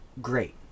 Great